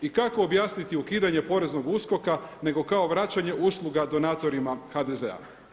I kako objasniti ukidanje poreznog USKOK-a nego kao vraćanje usluga donatorima HDZ-a.